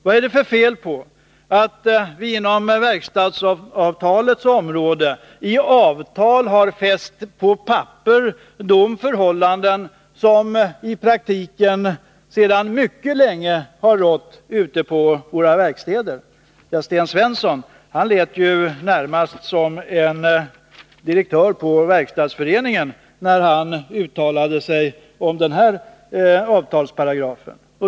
Vad är det för fel på att vi på verkstadsområdet i avtal har fäst på papper de förhållanden som i praktiken sedan mycket länge har rått på våra verkstäder? Sten Svensson lät närmast som en direktör på Verkstadsföreningen när han uttalade sig om den här avtalsparagrafen.